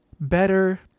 Better